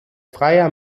freier